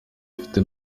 afite